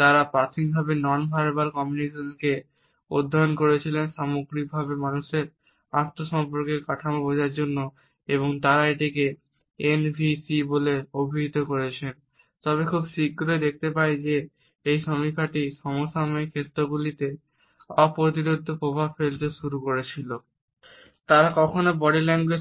তারা কখনও body language